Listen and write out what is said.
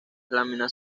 láminas